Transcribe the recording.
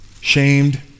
shamed